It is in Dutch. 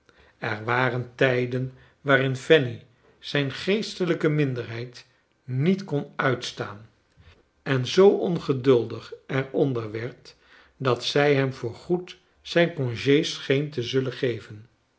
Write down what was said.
er waren tijden waarin fanny zijn geestelijke minderheid niet kon uitstaan en zoo ongeduldig er onder werd dat zij hem voor good zijn conge scheen te zullen geven